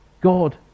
God